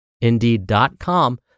Indeed.com